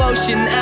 Ocean